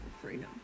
freedom